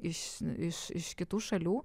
iš iš iš kitų šalių